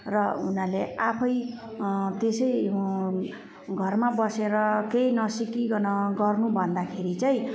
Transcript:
र उनीहरूले आफै त्यसै घरमा बसेर केही नसिकिकन गर्नु भन्दाखेरि चाहिँ